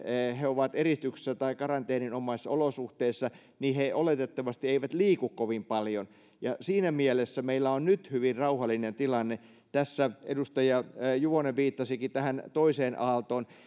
he ovat eristyksissä tai karanteeninomaisissa olosuhteissa niin he oletettavasti eivät liiku kovin paljon ja siinä mielessä meillä on nyt hyvin rauhallinen tilanne tässä edustaja juvonen viittasikin tähän toiseen aaltoon